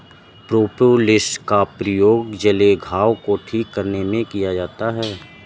propolis का प्रयोग जले हुए घाव को ठीक करने में किया जाता है